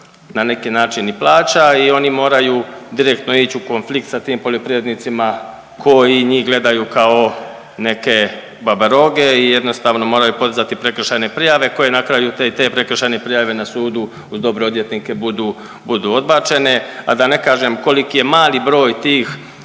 na neki način plaća i oni moraju direktno ić u konflikt sa tim poljoprivrednicima koji njih gledaju kao neke babaroge i jednostavno moraju podizati prekršajne prijave koje na kraju te i te prekršajne prijave na sudu uz dobre odvjetnike budu, budu odbačene, a da ne kažem koliki je mali broj tih